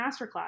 masterclass